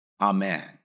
Amen